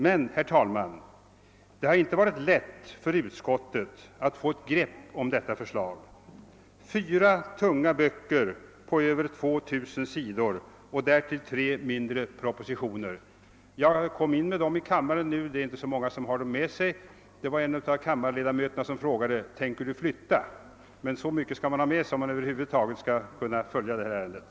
Men, herr talman, det har inte varit lätt för utskottet att få ett grepp om detta förslag. När jag nyss kom in i kammaren med de fyra tunga böckerna på över 2000 sidor och därtill de tre mindre propositionerna, frågade en av kam marledamöterna mig: >Tänker du flytta?> Så mycket skall man emellertid ha med sig, om man skall kunna följa det här ärendet.